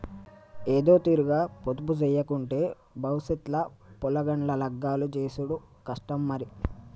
ఏదోతీరుగ పొదుపుజేయకుంటే బవుసెత్ ల పొలగాండ్ల లగ్గాలు జేసుడు కష్టం మరి